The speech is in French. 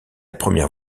première